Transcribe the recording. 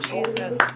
Jesus